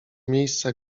miejsca